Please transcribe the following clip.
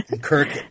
Kirk